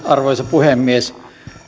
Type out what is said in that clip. arvoisa puhemies